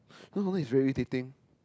you know sometimes it's very irritating